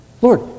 Lord